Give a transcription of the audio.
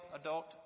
adult